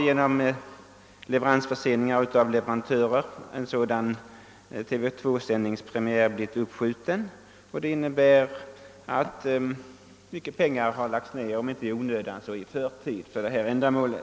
Genom leveransförseningar har den nå premiär för TV 2-sändningarna blivit uppskjuten, vilket innebär att mycket pengar lagts ned om icke i onödan, så dock i förtid för detta ändamål.